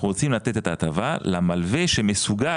אנחנו רוצים לתת את ההטבה למלווה שמסוגל,